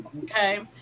Okay